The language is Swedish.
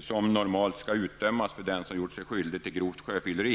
som normalt skall utdömas för den som gjort sig skyldig till grovt sjöfylleri.